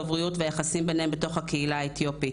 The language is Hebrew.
גבריות והיחסים ביניהם בתוך הקהילה האתיופית.